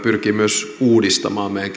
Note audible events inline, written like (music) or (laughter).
pyrkii myös uudistamaan meidän (unintelligible)